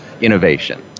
innovation